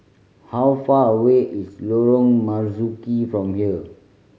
how far away is Lorong Marzuki from here